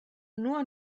nur